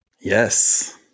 Yes